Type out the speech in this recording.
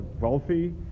wealthy